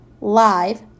live